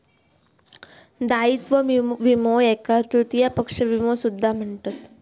दायित्व विमो याका तृतीय पक्ष विमो सुद्धा म्हणतत